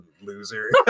loser